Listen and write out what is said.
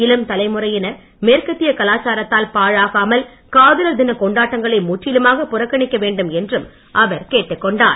இளம் தலைமுறையினர் மேற்கத்திய கலாச்சாரத்தால் பாழாகாமல் காதலர் தின கொண்டாட்டங்களை முற்றிலுமாக புறக்கணிக்க வேண்டும் என்றும் அவர் கேட்டுக் கொண்டார்